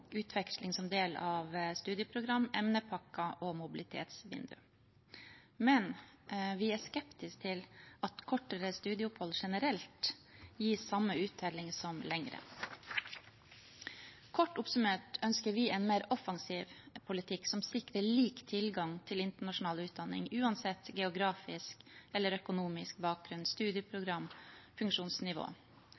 utveksling som del av studieprogram, emnepakker og mobilitetsvinduer. Men vi er skeptiske til at kortere studieopphold generelt gir samme uttelling som lengre. Kort oppsummert ønsker vi en mer offensiv politikk som sikrer lik tilgang til internasjonal utdanning, uansett geografisk eller økonomisk bakgrunn,